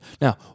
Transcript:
Now